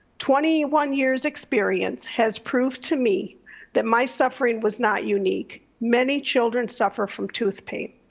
twenty one years experience has proved to me that my suffering was not unique. many children suffer from tooth pain.